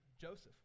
Joseph